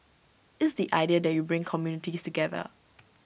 it's the idea that you bring communities together